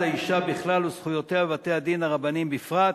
האשה בכלל וזכויותיה בבתי-הדין הרבניים בפרט.